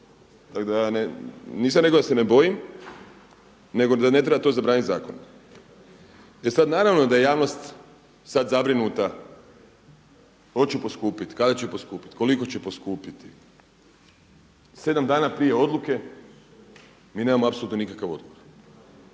tako da nisam rekao da se ne bojim, nego da ne treba to zabranit zakonom. E sad naravno da je javnost sad zabrinuta hoće poskupit, kada će poskupit, koliko će poskupiti. Sedam dana prije odluke mi nemamo apsolutno nikakav odgovor.